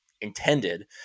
intended